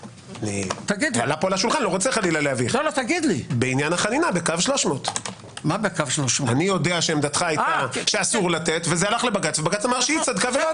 בקו החנינה בקו 300. עמדתך הייתה שאסור לתת ובג"ץ אמר שהיא צדקה.